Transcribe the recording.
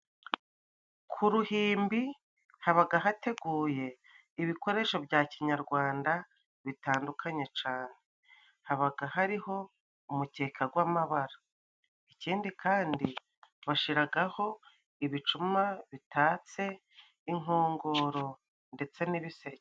Ku ruhimbi habaga hateguye ibikoresho bya kinyarwanda bitandukanye cane. Habaga hariho umukeka gw'amabara. Ikindi kandi bashiragaho ibicuma bitatse, inkongoro ndetse n'ibiseke.